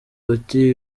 bati